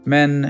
Men